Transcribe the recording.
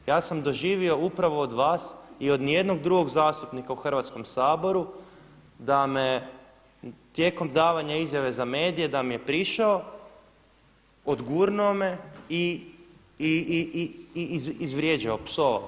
Ja sam doživio upravo od vas i od niti jednog drugog zastupnika u Hrvatskom saboru da me tijekom davanja izjave za medije da mi je prišao, odgurnuo me i izvrijeđao, opsovao.